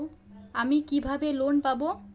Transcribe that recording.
আমি কিভাবে লোন পাব?